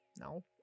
No